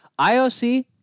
IOC